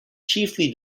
chiefly